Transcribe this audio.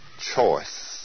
choice